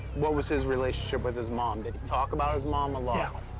what was his relationship with his mom? did he talk about his mom a lot?